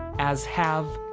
as, have,